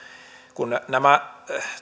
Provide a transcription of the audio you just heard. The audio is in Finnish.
kun nämä